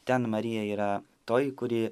ten marija yra toji kuri